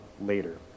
later